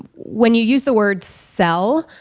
when you use the word sell,